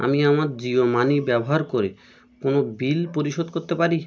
আমি আমার জিও মানি ব্যবহার করে কোন বিল পরিশোধ করতে পারি